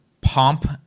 pomp